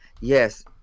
yes